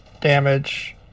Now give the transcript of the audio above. damage